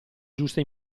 giusta